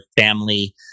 family